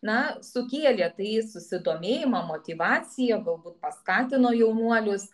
na sukėlė tai susidomėjimą motyvacija galbūt paskatino jaunuolius